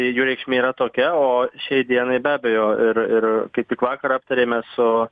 jų reikšmė yra tokia o šiai dienai be abejo ir ir kaip tik vakar aptarėme su